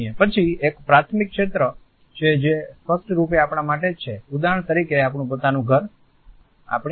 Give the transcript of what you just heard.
પછી એક પ્રાથમિક ક્ષેત્ર છે જે સ્પષ્ટરૂપે આપણા માટે જ છે ઉદાહરણ તરીકે આપણું પોતાનું ઘર આપણી કાર